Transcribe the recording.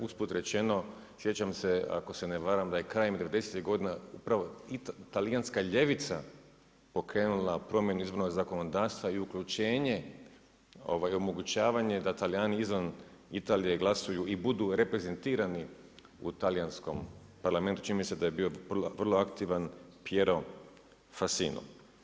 Usput rečeno, sjećam se, ako se ne varam da je krajem '90.-tih godina upravo i talijanska ljevica pokrenula promjenu izbornog zakonodavstva i uključenje i omogućavanje da Talijani izvan Italije glasuju i budu reprezentirani u talijanskom Parlamentu, čini mi se da je bio vrlo aktivan Piero Fassino.